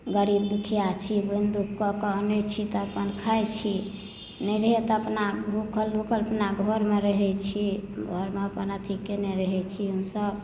गरीब दुखिया छी बोनि दुख कऽ के अनैत छी तऽ अपन खाइत छी नहि रहैए तऽ अपना भूखल दुखल अपना घरमे रहैत छी घरमे अपन अथी कयने रहैत छी हमसभ